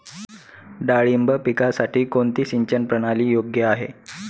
डाळिंब पिकासाठी कोणती सिंचन प्रणाली योग्य आहे?